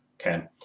okay